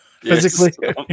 Physically